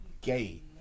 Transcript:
gay